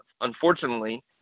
Unfortunately